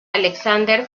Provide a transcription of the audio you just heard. alexander